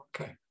okay